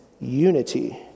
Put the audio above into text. unity